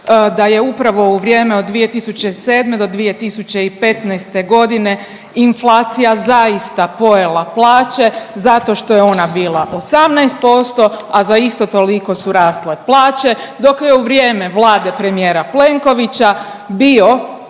da je upravo u vrijeme od 2007. do 2015. godine inflacija zaista pojela plaće zato što je ona bila 18%, a za isto toliko su rasle plaće dok je u vrijeme Vlade premijera Plenkovića bio